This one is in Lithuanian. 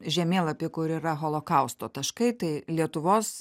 žemėlapį kur yra holokausto taškai tai lietuvos